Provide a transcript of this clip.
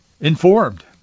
informed